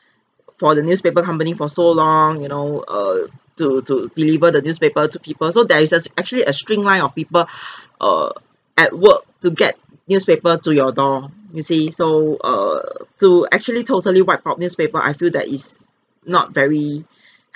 for the newspaper company for so long you know err to to deliver the newspaper to people so there is there's a actually a string line of people err at work to get newspaper to your door you see so err to actually totally wipe out newspaper I feel that is not very